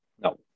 No